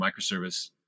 microservice